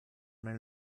nel